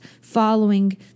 following